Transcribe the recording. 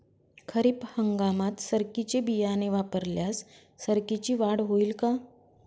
खरीप हंगामात सरकीचे बियाणे वापरल्यास सरकीची वाढ होईल का?